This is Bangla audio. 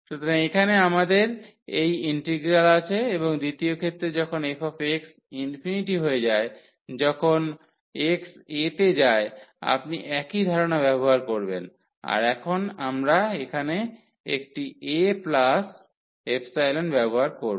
সুতরাং এখানে আমাদের এই ইন্টিগ্রাল আছে এবং দ্বিতীয় ক্ষেত্রে যখন f ইনফিনিটি হয়ে যায় যখন x a তে যায় আপনি একই ধারণা ব্যবহার করবেন আর এখন আমরা এখানে একটি a ব্যবহার করব